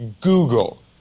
Google